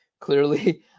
clearly